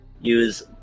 use